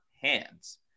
hands